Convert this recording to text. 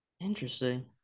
Interesting